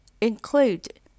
Include